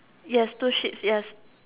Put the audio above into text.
yes two sheep's yes